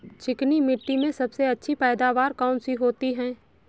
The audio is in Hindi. चिकनी मिट्टी में सबसे अच्छी पैदावार कौन सी होती हैं?